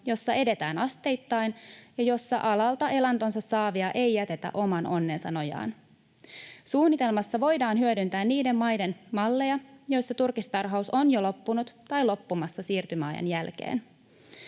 jossa edetään asteittain ja jossa alalta elantonsa saavia ei jätetä oman onnensa nojaan. Suunnitelmassa voidaan hyödyntää niiden maiden malleja, joissa turkistarhaus on jo loppunut tai loppumassa siirtymäajan jälkeen.